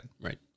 Right